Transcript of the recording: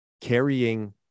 carrying